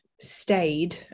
stayed